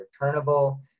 returnable